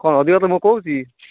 କଣ ଅଧିକା ତୁମକୁ କହୁଛି